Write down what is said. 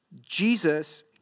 Jesus